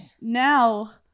now